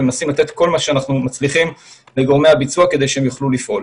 ומנסים לתת את כל מה שאנחנו מצליחים לגורמי הביצוע כדי שהם יוכלו לפעול.